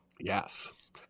Yes